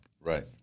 Right